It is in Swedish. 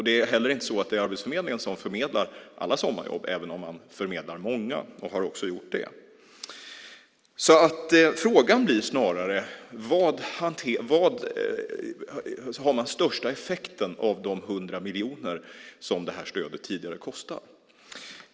Det är inte heller så att Arbetsförmedlingen förmedlar alla sommarjobb även om man förmedlar många och också har gjort det. Frågan blir snarare var man får den största effekten av de 100 miljoner som det här stödet tidigare kostade.